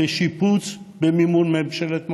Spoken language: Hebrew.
בשיפוץ במימון ממשלת מרוקו,